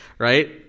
right